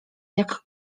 jak